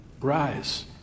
rise